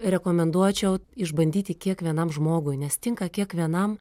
rekomenduočiau išbandyti kiekvienam žmogui nes tinka kiekvienam